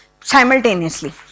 simultaneously